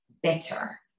better